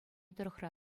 тӑрӑхра